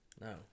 No